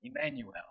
Emmanuel